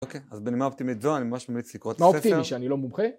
אוקיי, אז בנימה אופטימית זו, אני ממש ממליץ לקרוא את הספר. מה אופטימי שאני לא מומחה?